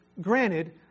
Granted